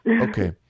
Okay